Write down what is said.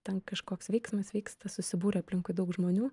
ten kažkoks veiksmas vyksta susibūrė aplinkui daug žmonių